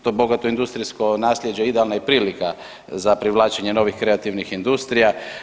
To bogato industrijsko nasljeđe idealna je prilika za privlačenje novih kreativnih industrija.